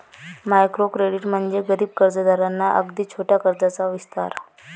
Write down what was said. micro credit म्हणजे गरीब कर्जदारांना अगदी छोट्या कर्जाचा विस्तार